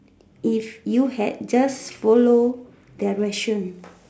if you had just follow direction